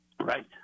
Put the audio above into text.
right